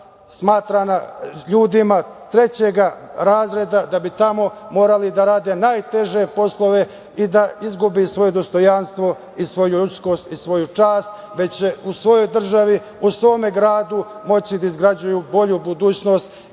smatrana ljudima trećega razreda, da bi tamo morali da rade najteže poslove i da izgubi svoje dostojanstvo, svoju ljudskost i svoju čast, već će u svojoj državi, u svome gradu moći da izgrađuju bolju budućnost